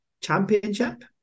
Championship